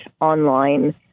online